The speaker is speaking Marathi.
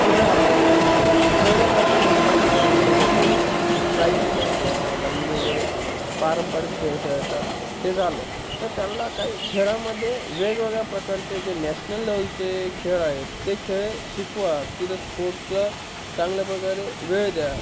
खेळ हा प्रकार नाही खेळलं जातं पण ते असं सोडलं जातं ते काहीचे काही खेळतात लंगडी वगैरे पारंपरिक खेळ खेळतात ते झालं तर त्यांना काही खेळामध्ये वेगवेगळ्या प्रकारचे जे नॅशनल लेवलचे खेळ आहेत ते खेळ शिकवा तिथं स्पोर्टचा चांगल्या प्रकारे वेळ द्या